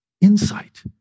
insight